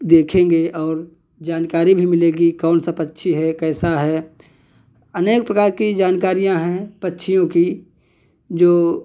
देखेंगे और जानकारी भी मिलेगी कौन सा पक्षी है कैसा है अनेक प्रकार की जानकारियाँ हैं पक्षियों की जो